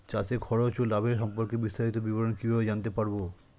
চাষে খরচ ও লাভের সম্পর্কে বিস্তারিত বিবরণ কিভাবে জানতে পারব?